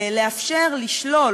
לאפשר לשלול,